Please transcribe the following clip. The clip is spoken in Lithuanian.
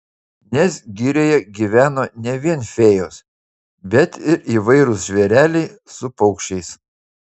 nes girioje gyveno ne vien fėjos bet ir įvairūs žvėreliai su paukščiais